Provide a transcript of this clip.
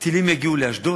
טילים יגיעו לאשדוד,